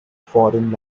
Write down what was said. foreign